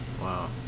Wow